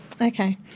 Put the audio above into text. Okay